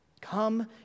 Come